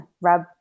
rub